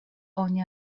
oni